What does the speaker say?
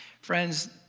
friends